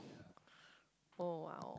oh !wow!